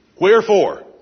wherefore